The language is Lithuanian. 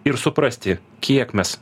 ir suprasti kiek mes